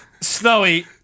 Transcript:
Snowy